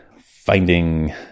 finding